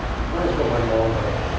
I wanna smoke one more but